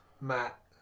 Matt